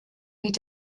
mit